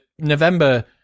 November